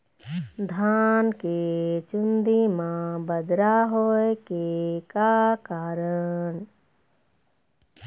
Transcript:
धान के चुन्दी मा बदरा होय के का कारण?